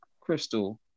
Crystal